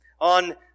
on